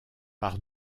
par